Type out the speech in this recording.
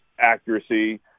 accuracy